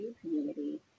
community